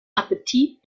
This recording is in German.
appetit